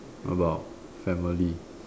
about family